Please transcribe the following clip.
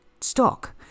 stock